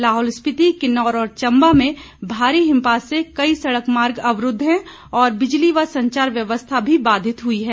लाहौल स्पिति किन्नौर और चम्बा में भारी हिमपात से कई सड़क मार्ग अवरूद्व है और बिजली व संचार व्यवस्था भी बाधित हुई है